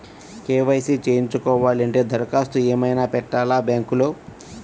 KYC చేయించుకోవాలి అంటే దరఖాస్తు ఏమయినా పెట్టాలా బ్యాంకులో?